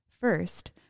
First